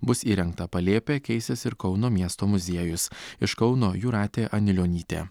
bus įrengta palėpė keisis ir kauno miesto muziejus iš kauno jūratė anilionytė